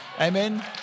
Amen